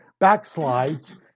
backslides